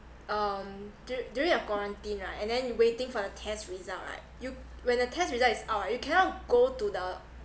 um dur~ during your quarantine right and then waiting for the test result right you when the test result is out right you cannot go to the